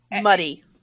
muddy